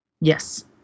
Yes